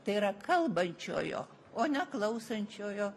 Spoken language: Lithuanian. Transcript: tai yra kalbančiojo o ne klausančiojo